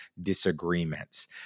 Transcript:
disagreements